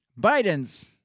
Biden's